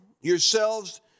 yourselves